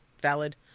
valid